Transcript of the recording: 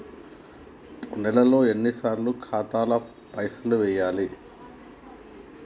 నెలలో ఎన్నిసార్లు ఖాతాల పైసలు వెయ్యాలి?